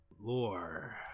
lore